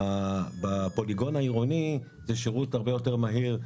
בפוליגון העירוני זה שירות הרבה יותר מהיר.